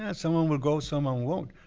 and someone will go someone won't,